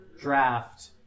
draft